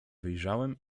wyjrzałem